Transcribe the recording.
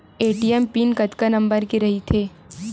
ATM pin कतका number के रही थे?